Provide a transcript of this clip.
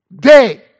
day